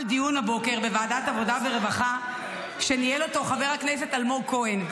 הבוקר בוועדת העבודה והרווחה שניהל אותו חבר הכנסת אלמוג כהן.